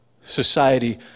society